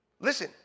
Listen